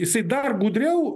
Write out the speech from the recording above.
jisai dar gudriau